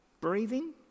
Breathing